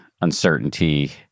uncertainty